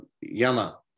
Yama